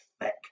thick